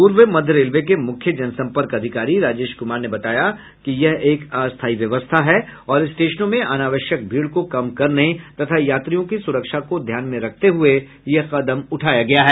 पूर्व मध्य रेलवे के मुख्य जनसम्पर्क अधिकारी राजेश कुमार ने बताया कि यह एक अस्थाई व्यवस्था है और स्टेशनों में अनावश्यक भीड़ को कम करने तथा यात्रियों की सुरक्षा को ध्यान में रखते हुए यह कदम उठाया गया है